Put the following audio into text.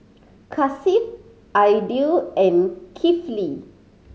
Hasif Aidil and Kifli